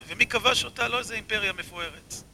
ומי כבש אותה? לא איזה אימפריה מפוארת